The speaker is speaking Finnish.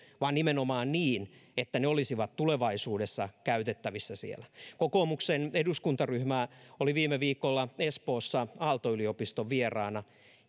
vaan nimenomaan niin että ne olisivat tulevaisuudessa käytettävissä siellä kokoomuksen eduskuntaryhmä oli viime viikolla espoossa aalto yliopiston vieraana